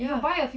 yeah